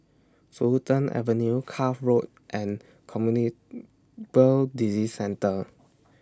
Fulton Avenue Cuff Road and Communicable Disease Centre